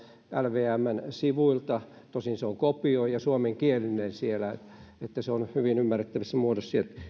lvmn sivuilta tosin se on kopio ja se on suomenkielinen siellä eli se on hyvin ymmärrettävässä muodossa ja